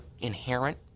inherent